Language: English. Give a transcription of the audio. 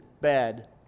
bad